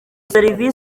serivi